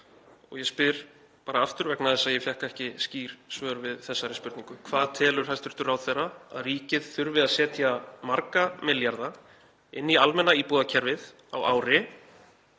og spyr aftur, vegna þess að ég fékk ekki skýr svör við þessari spurningu: Hvað telur hæstv. ráðherra að ríkið þurfi að setja marga milljarða inn í almenna íbúðakerfið á ári,